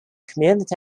community